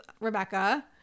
Rebecca